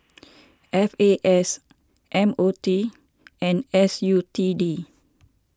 F A S M O T and S U T D